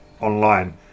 online